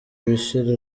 bishira